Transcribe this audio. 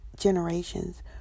Generations